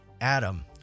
Adam